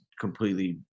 completely